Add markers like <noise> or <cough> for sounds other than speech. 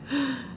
<noise>